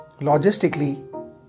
logistically